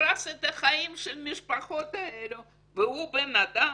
הרס את החיים של המשפחות האלה והוא בן אדם?